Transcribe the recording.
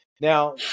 Now